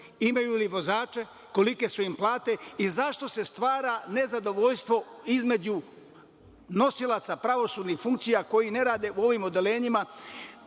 imaju li vozače, kolike su im plate i zašto se stvara nezadovoljstvo između nosilaca pravosudnih funkcija koji ne rade u ovom odeljenjima,